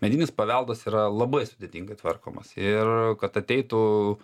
medinis paveldas yra labai sudėtingai tvarkomas ir kad ateitų